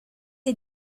est